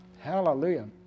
Hallelujah